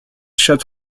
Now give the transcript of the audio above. shot